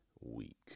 week